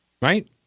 right